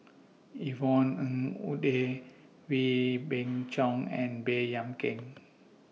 Yvonne Ng Uhde Wee Beng Chong and Baey Yam Keng